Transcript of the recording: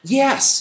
yes